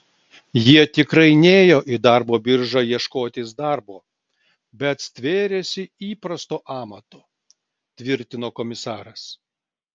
jie tikrai nėjo į darbo biržą ieškotis darbo bet stvėrėsi įprasto amato tvirtino komisaras